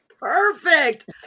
perfect